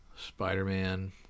Spider-Man